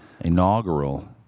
inaugural